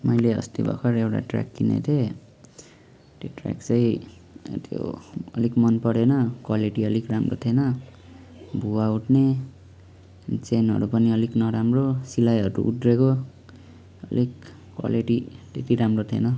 मैले अस्ति भर्खर एउटा ट्र्याक किनेको थिएँ त्यो ट्र्याक चाहिँ त्यो अलिक मनपरेन क्वालिटी अलिक राम्रो थिएन भुवा उठ्ने चेनहरू पनि अलिक नराम्रो सिलाइहरू उध्रिएको अलिक क्वालिटी त्यत्ति राम्रो थिएन